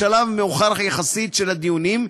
בשלב מאוחר יחסית של הדיונים,